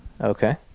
Okay